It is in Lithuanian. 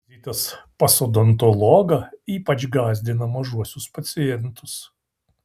vizitas pas odontologą ypač gąsdina mažuosius pacientus